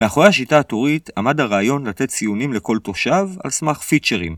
מאחורי השיטה הטורית, עמד הרעיון לתת ציונים לכל תושב, על סמך פיצ'רים.